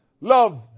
love